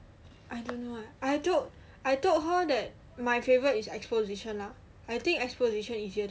I don't know eh I told I told her that my favourite is exposition lah I think exposition easier